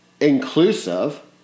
inclusive